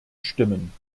stimmen